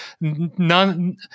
none